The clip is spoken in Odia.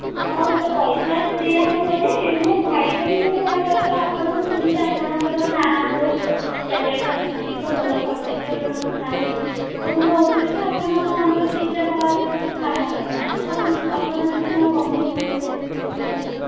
ହଁ ତ ପଇସା ଦିଆହେବ ଯେ ମୋ ଭାଇର ବି ଗୋଟେ ବାହାଘର ତ ଆପଣ ମୁଁ ଶୁଣିଛି ଆପଣଙ୍କର ନାଁ ବହୁତ ଚାରିଆଡ଼େ ଅଛି ତ ଭଲ ଫଟୋ ବି ଆପଣ ଉଠାନ୍ତି ତ ମୁଁ କହୁଥିଲି କି ଆପଣ ଆମର ଦୁଇଟା ବାହାଘରରେ ଆସି କାମ କରିଥାନ୍ତେ ତ ଆପଣ ଟିକେ କ'ଣ କମାଇଥାନ୍ତେ ପଇସାପତ୍ର